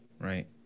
right